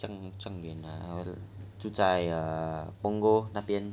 真正远 ah 就在 err punggol 那边